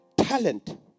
talent